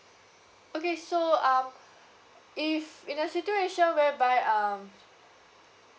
okay so um if in a situation whereby um